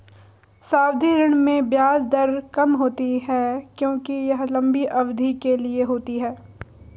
सावधि ऋण में ब्याज दर कम होती है क्योंकि यह लंबी अवधि के लिए होती है